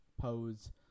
pose